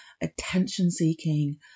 attention-seeking